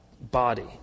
body